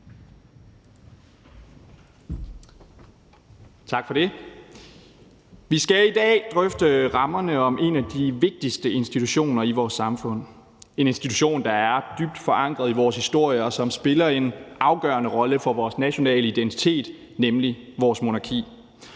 Vi skal i dag drøfte rammerne om en af de vigtigste institutioner i vores samfund. Det er en institution, der er dybt forankret i vores historie, og som spiller en afgørende rolle for vores nationale identitet, nemlig vores monarki.